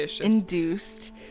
induced